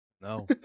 No